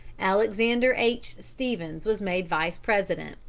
alexander h stephens was made vice-president.